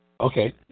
Okay